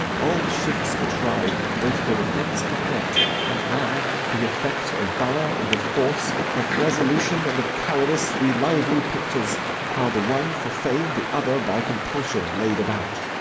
all shifts were tried, both for defence and hurt and now the effect of valor and of force, of resolution and of cowardice, we lively pictures how the one for fame, the other by compulsion laid about